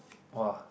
!wah!